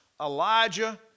Elijah